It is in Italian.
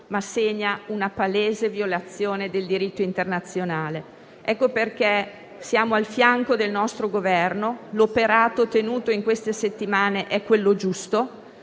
ma anche - palesemente - del diritto internazionale. Ecco perché siamo al fianco del nostro Governo. L'operato tenuto in queste settimane è quello giusto: